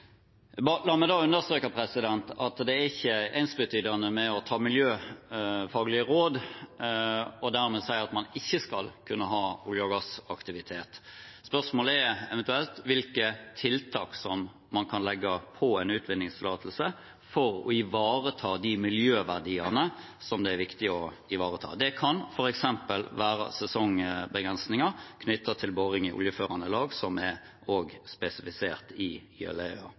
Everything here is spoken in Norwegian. La meg da understreke at det ikke er ensbetydende med å legge vekt på miljøfaglige råd dermed å si at man ikke skal kunne ha olje- og gassaktivitet. Spørsmålet er eventuelt hvilke tiltak man kan legge på en utvinningstillatelse for å ivareta de miljøverdiene som det er viktig å ivareta. Det kan f.eks. være sesongbegrensninger knyttet til boring i oljeførende lag, som også er spesifisert i